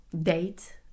date